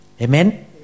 Amen